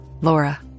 Laura